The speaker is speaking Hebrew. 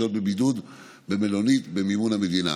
לשהות בבידוד במלונית במימון המדינה